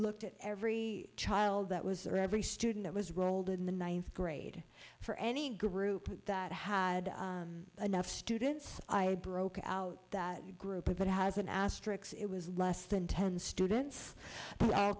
looked at every child that was every student it was rolled in the ninth grade for any group that had enough students i broke out that group that has an ass tricks it was less than ten students